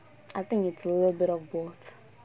I think it's little bit of both